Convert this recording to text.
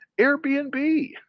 Airbnb